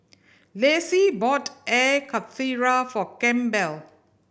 Lacy bought Air Karthira for Campbell